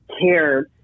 care